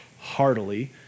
heartily